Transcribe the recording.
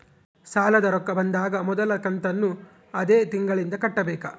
ಸಾಲದ ರೊಕ್ಕ ಬಂದಾಗ ಮೊದಲ ಕಂತನ್ನು ಅದೇ ತಿಂಗಳಿಂದ ಕಟ್ಟಬೇಕಾ?